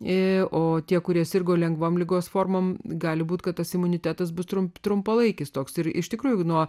ir o tie kurie sirgo lengvom ligos forma gali būti kad tas imunitetas bus trumpai trumpalaikis toks ir iš tikrųjų nuo